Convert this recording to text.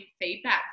feedback